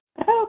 Okay